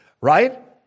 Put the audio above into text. right